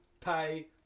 pay